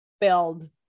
build